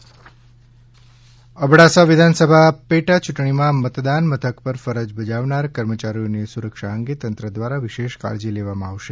અબડાસા વિધાનસભા પેટા યૂંટણી અબડાસા વિધાનસભા પેટા ચૂંટણીમાં મતદાન મથક પર ફરજ બજાવનાર કર્મચારીઓની સુરક્ષા અંગે તંત્ર દ્વારા વિશેષ કાળજી લેવામાં આવશે